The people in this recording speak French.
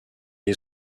est